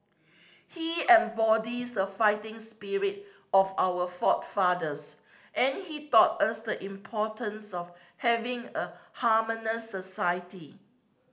he embodies the fighting spirit of our forefathers and he taught us the importance of having a harmonious society